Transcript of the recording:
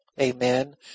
Amen